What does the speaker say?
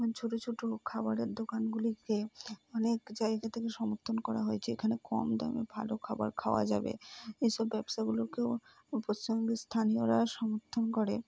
ছোটো ছোটো খাবারের দোকানগুলিকে অনেক জায়গা থেকে সমর্থন করা হয়েছে এখানে কম দামে ভালো খাবার খাওয়া যাবে এইসব ব্যবসাগুলোকেও পশ্চিমবঙ্গের স্থানীয়রা সমর্থন করে